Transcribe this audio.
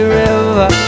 river